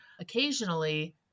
Occasionally